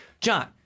John